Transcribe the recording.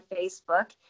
Facebook